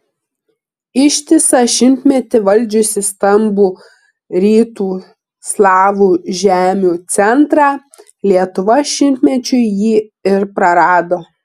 ištisą šimtmetį valdžiusi stambų rytų slavų žemių centrą lietuva šimtmečiui jį ir prarado